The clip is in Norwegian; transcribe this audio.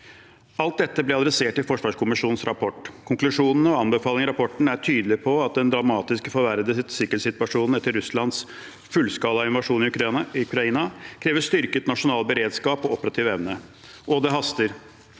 Alt dette ble tatt opp i forsvarskommisjonens rapport. Konklusjonene og anbefalingene i rapporten er tydelige på at den dramatisk forverrede sikkerhetssituasjonen etter Russlands fullskalainvasjon av Ukraina krever styrket nasjonal beredskap og operativ evne, og det haster.